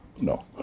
no